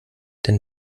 denn